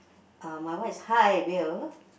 uh my one is high wheel